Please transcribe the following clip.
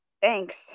thanks